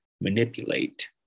manipulate